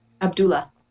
Abdullah